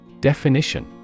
Definition